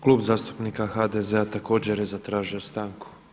Klub zastupnika HDZ-a također je zatražio stanku.